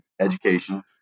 education